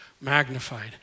magnified